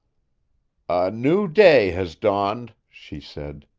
a new day has dawned, she said.